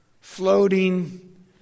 floating